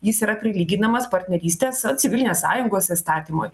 jis yra prilyginamas partnerystės civilinės sąjungos įstatymui